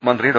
മന്ത്രി ഡോ